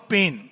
Pain